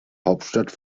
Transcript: hauptstadt